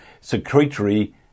secretory